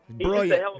Brilliant